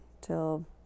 till